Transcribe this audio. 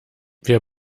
wir